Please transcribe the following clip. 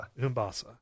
umbasa